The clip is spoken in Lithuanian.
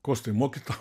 kostai moki tą